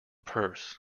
purse